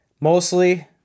mostly